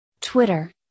Twitter